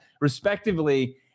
respectively